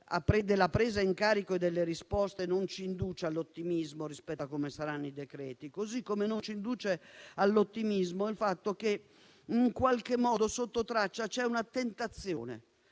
presa in carico e delle risposte non ci induce all'ottimismo rispetto ai decreti che verranno varati, così come non ci induce all'ottimismo il fatto che, in qualche modo, sotto traccia, c'è una tentazione: